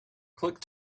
click